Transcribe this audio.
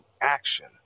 action